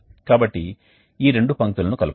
కాబట్టి ఈ రెండు పంక్తులను కలుపుదాం